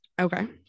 Okay